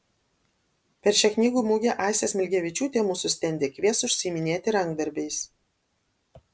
per šią knygų mugę aistė smilgevičiūtė mūsų stende kvies užsiiminėti rankdarbiais